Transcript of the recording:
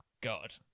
God